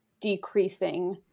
decreasing